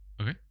Okay